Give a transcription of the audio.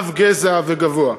עב גזע וגבוה.